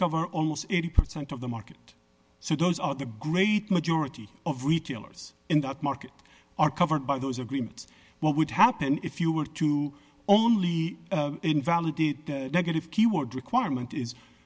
cover almost eighty percent of the market so those are the great majority of retailers in that market are covered by those agreements what would happen if you were to only invalidate the negative keyword requirement is